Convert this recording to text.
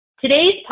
Today's